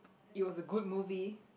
it was a good movie